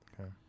Okay